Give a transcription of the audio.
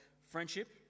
friendship